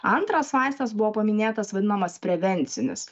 antras vaistas buvo paminėtas vadinamas prevencinis